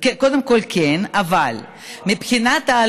קודם כול, כן, אבל מבחינת, הכול בפיקוח.